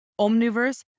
Omniverse